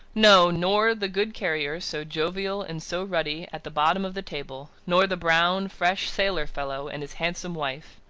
no! nor the good carrier, so jovial and so ruddy, at the bottom of the table. nor the brown, fresh sailor-fellow, and his handsome wife.